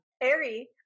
ari